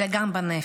אלא גם בנפש.